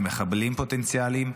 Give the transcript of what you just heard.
למחבלים פוטנציאליים,